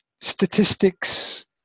statistics